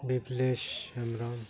Biplesh Hembrom